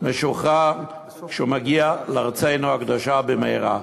משוחרר ומגיע לארצנו הקדושה במהרה.